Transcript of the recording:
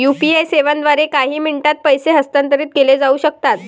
UPI सेवांद्वारे काही मिनिटांत पैसे हस्तांतरित केले जाऊ शकतात